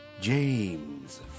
James